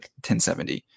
1070